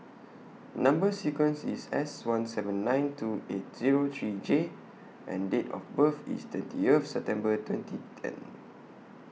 Number sequence IS S one seven nine two eight Zero three J and Date of birth IS twentieth September twenty ten